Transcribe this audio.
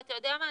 ואתה יודע מה?